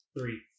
Three